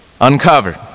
uncovered